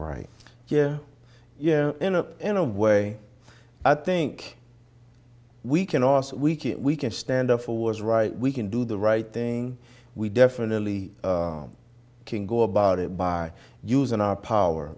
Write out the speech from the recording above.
right yeah yeah in a in a way i think we can also we can we can stand up for words right we can do the right thing we definitely can go about it by using our power